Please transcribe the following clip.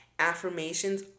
affirmations